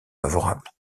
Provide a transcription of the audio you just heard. favorable